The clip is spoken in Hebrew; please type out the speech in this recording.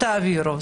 תעבירו.